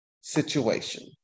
situation